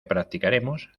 practicaremos